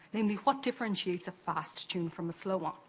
namely, what differentiates a fast tune from a slow one?